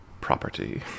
Property